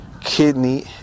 kidney